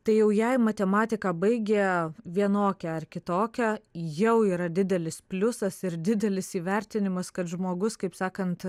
tai jau jei matematiką baigia vienokią ar kitokią jau yra didelis pliusas ir didelis įvertinimas kad žmogus kaip sakant